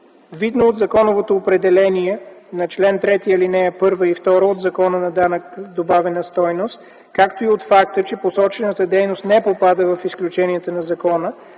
Видно от законовото определение на чл. 3, ал. 1 и 2 от Закона за данък върху добавената стойност, както и от факта, че посочената дейност не попада в изключенията на закона,